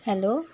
hello